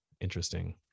interesting